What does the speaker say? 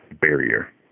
barrier